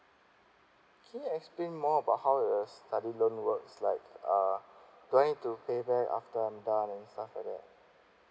can you explain more about how the study loan works like uh do I need to pay back after I'm done and stuff like that